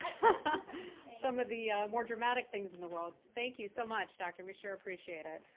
but some of the more dramatic things in the world. thank you so much, doctor. we sure appreciate it.